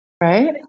Right